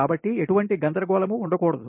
కాబట్టి ఎటువంటి గందరగోళం ఉండ కూడదు